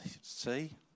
see